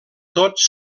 tots